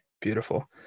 Beautiful